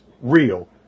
real